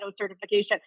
certification